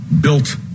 built